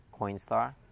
Coinstar